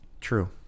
True